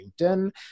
LinkedIn